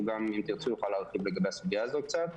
אם תרצו יוכל להרחיב לגבי הסוגיה הזאת קצת.